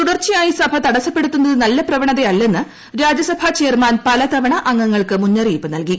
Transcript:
തുടർച്ചയായി സഭ തടസ്സ്പ്പെട്ടുത്തുന്നത് നല്ല പ്രവണതയല്ലെന്ന് രാജ്യസഭാ ചെയർമാൻ പ്ലതവണ അംഗങ്ങൾക്ക് മുന്നറിയിപ്പ് നൽകി